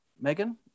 Megan